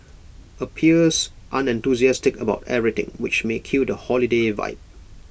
appears unenthusiastic about everything which may kill the holiday vibe